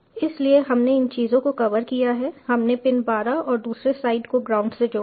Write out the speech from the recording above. इसलिए हमने इन चीजों को कवर किया है हमने पिन 12 और दूसरे साइड को ग्राउंड से जोड़ा है